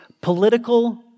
political